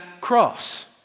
cross